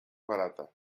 barata